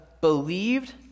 believed